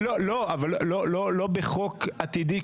אבל לא בחוק עתידי.